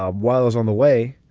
um while it's on the way.